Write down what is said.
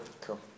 Cool